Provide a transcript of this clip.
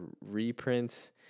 reprints